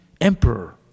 emperor